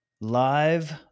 Live